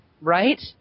right